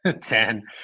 ten